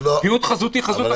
רק